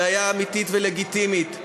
בעיה אמיתית ולגיטימית,